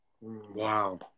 Wow